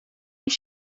این